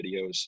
videos